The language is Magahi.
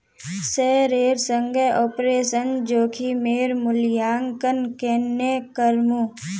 शेयरेर संगे ऑपरेशन जोखिमेर मूल्यांकन केन्ने करमू